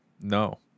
no